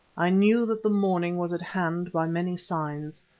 i knew that the morning was at hand by many signs.